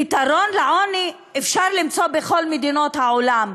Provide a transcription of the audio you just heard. פתרון לעוני אפשר למצוא בכל מדינות העולם.